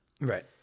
Right